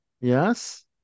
yes